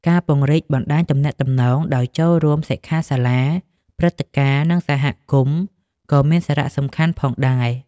ការ ពង្រីកបណ្តាញទំនាក់ទំនង ដោយចូលរួមសិក្ខាសាលា ព្រឹត្តិការណ៍ និងសហគមន៍ក៏មានសារៈសំខាន់ផងដែរ។